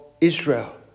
Israel